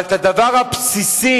אבל את הדבר הבסיסי,